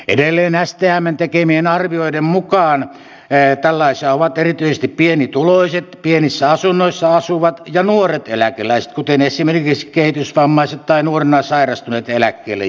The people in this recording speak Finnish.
edelleen stmn tekemien arvioiden mukaan tällaisia ovat erityisesti pienituloiset pienissä asunnoissa asuvat ja nuoret eläkeläiset esimerkiksi kehitysvammaiset tai nuorena sairastuneet ja eläkkeelle joutuneet